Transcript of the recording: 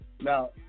Now